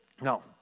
No